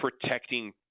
protecting